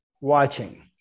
watching